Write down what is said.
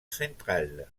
central